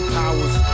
powers